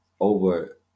over